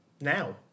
now